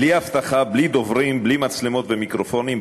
בלי אבטחה, בלי דוברים, בלי מצלמות ומיקרופונים.